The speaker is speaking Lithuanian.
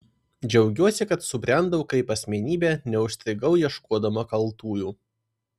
džiaugiuosi kad subrendau kaip asmenybė neužstrigau ieškodama kaltųjų